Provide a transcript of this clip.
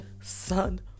son